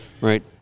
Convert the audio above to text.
Right